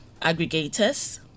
aggregators